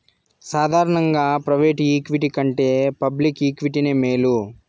సాదారనంగా private equity కంటే public ఈక్విటీనే మేలు